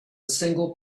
single